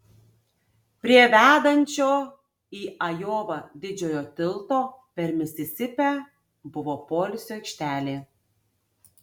prie vedančio į ajovą didžiojo tilto per misisipę buvo poilsio aikštelė